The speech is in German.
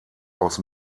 aus